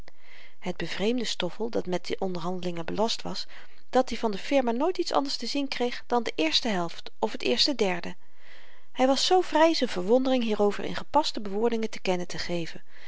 het bevreemdde stoffel die met de onderhandelingen belast was dat-i van de firma nooit iets anders te zien kreeg dan de eerste helft of t eerste derde hy was zoo vry z'n verwondering hierover in gepaste bewoordingen te kennen te geven